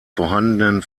vorhandenen